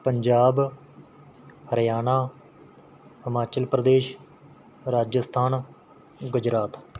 Punjab Haryana Himachal Pradesh Rajasthan Gujarat